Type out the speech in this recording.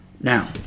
Now